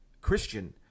Christian